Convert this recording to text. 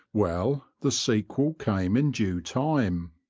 well, the sequel came in due time.